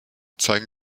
zeigen